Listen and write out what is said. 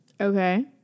Okay